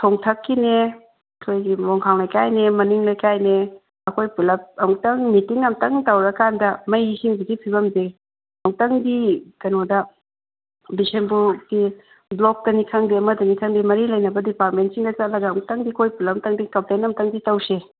ꯊꯣꯡꯊꯛꯀꯤꯅꯦ ꯑꯩꯈꯣꯏꯒꯤ ꯃꯣꯡꯈꯥꯡ ꯂꯩꯀꯥꯏꯅꯦ ꯃꯅꯤꯡ ꯂꯩꯀꯥꯏꯅꯦ ꯑꯩꯈꯣꯏ ꯄꯨꯂꯞ ꯑꯃꯨꯛꯇꯪ ꯃꯤꯇꯤꯡ ꯑꯃꯨꯛꯇꯪ ꯇꯧꯔ ꯀꯥꯟꯗ ꯃꯩ ꯏꯁꯤꯡꯁꯤꯒꯤ ꯐꯤꯕꯝꯁꯦ ꯑꯃꯨꯛꯇꯪꯗꯤ ꯀꯩꯅꯣꯗ ꯕꯤꯁꯦꯝꯄꯨꯔꯒꯤ ꯕ꯭ꯂꯣꯛꯇꯅꯤ ꯈꯪꯗꯦ ꯑꯃꯗꯅꯤ ꯈꯪꯗꯦ ꯃꯔꯤ ꯂꯩꯅꯕ ꯗꯤꯄꯥꯔ꯭ꯇꯃꯦꯟꯁꯤꯡꯗ ꯆꯠꯂꯒ ꯑꯃꯨꯛꯇꯪꯗꯤ ꯑꯩꯈꯣꯏ ꯄꯨꯂꯞ ꯑꯃꯨꯛꯇꯪꯗꯤ ꯀꯝꯄ꯭ꯂꯦꯟ ꯑꯃꯨꯛꯇꯪꯗꯤ ꯇꯧꯁꯦ